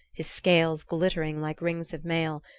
his scales glittering like rings of mail,